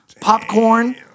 Popcorn